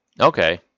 Okay